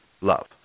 love